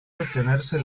detenerse